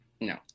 No